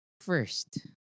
First